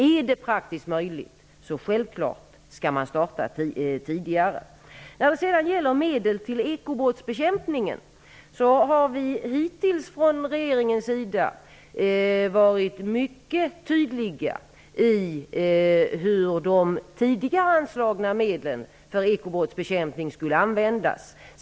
Är det praktiskt möjligt skall man självklart starta tidigare. När det sedan gäller medel till ekobrottsbekämpningen har vi hittills från regeringens sida varit mycket tydliga i fråga om hur de tidigare anslagna medlen för ekobrottsbekämpning skulle användas.